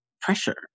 pressure